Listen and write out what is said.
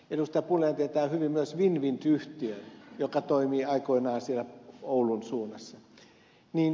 pulliainen tietää hyvin myös winwind yhtiön joka toimi aikoinaan siellä oulun suunnassa